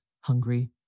hungry